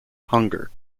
hunger